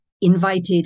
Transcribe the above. invited